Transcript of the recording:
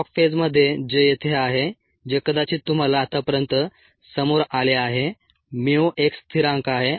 log फेजमध्ये जे येथे आहे जे कदाचित तुम्हाला आतापर्यंत समोर आले आहे mu एक स्थिरांक आहे